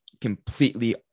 completely